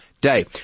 Day